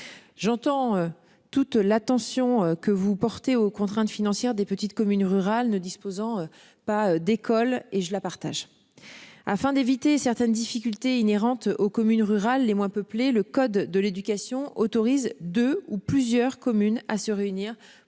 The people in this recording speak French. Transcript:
J'entends toute l'attention que vous portez aux contraintes financières des petites communes rurales ne disposant pas d'école et je la partage. Afin d'éviter certaines difficultés inhérentes aux communes rurales les moins peuplées, le code de l'éducation autorise 2 ou plusieurs communes à se réunir